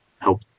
help